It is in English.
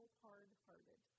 hard-hearted